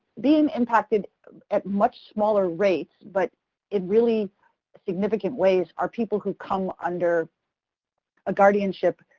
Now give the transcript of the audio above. being impacted at much smaller rates, but in really significant ways are people who come under a guardianship,